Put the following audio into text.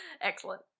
excellent